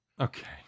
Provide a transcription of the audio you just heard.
Okay